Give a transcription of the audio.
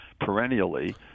perennially